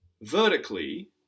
vertically